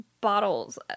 bottles